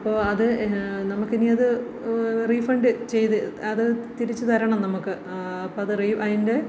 അപ്പോൾ അത് നമുക്ക് ഇനി അത് റീഫണ്ട് ചെയ്തു അത് തിരിച്ച് തരണം നമുക്ക് അപ്പം അത് അതിന്റെ